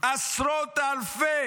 עשרות אלפי